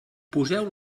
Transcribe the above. poseu